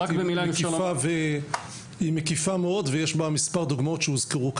היא מקיפה מאוד ויש בה מספר דוגמאות שהוזכרו כאן.